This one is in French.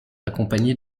accompagné